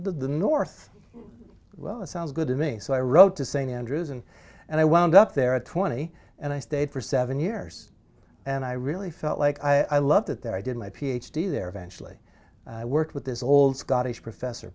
the north well it sounds good to me so i wrote to st andrews and and i wound up there at twenty and i stayed for seven years and i really felt like i loved it that i did my ph d there eventually worked with this old scottish professor